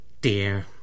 dear